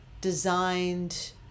designed